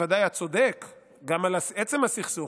היא בוודאי הצד הצודק גם על עצם הסכסוך,